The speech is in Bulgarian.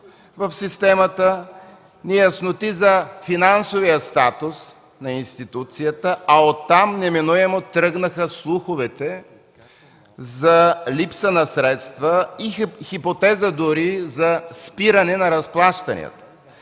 в системата, неясноти за финансовия статус на институцията, а оттам неминуемо тръгнаха слуховете за липса на средства и хипотеза дори за спиране на разплащанията.